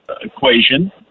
equation